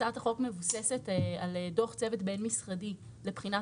הצעת החוק מבוססת על דוח צוות בין-משרדי לבחינת